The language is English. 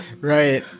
right